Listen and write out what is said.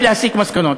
ולהסיק מסקנות.